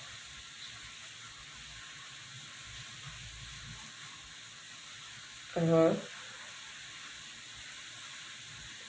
(uh huh)